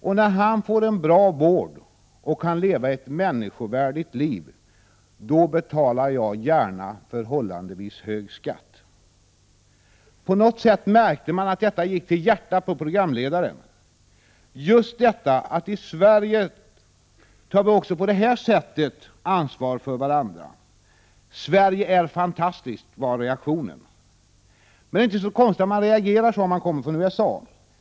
När han kan få en bra vård och leva ett människovärdigt liv betalar jag gärna en förhållandevis hög skatt. På något sätt märkte man att detta gick till hjärtat hos programledaren. I Sverige tar vi också på detta sätt ansvar för varandra. Sverige är fantastiskt, var reaktionen. Men det är inte så konstigt att man reagerar så om man kommer från USA.